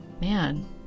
man